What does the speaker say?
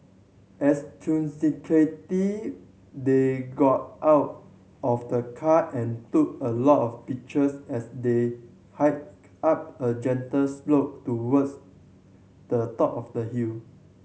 they got out of the car and took a lot of pictures as they hiked up a gentle slope towards the top of the hill